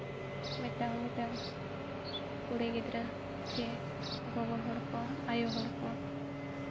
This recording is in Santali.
ᱢᱤᱫᱴᱟᱝ ᱢᱤᱫᱴᱟᱝ ᱠᱩᱲᱤ ᱜᱤᱫᱽᱨᱟᱹ ᱪᱮ ᱜᱚᱜᱚ ᱦᱚᱲ ᱠᱚ ᱟᱭᱳ ᱦᱚᱲ ᱠᱚ